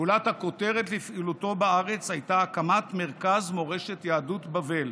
גולת הכותרת לפעילותו בארץ הייתה הקמת מרכז מורשת יהדות בבל,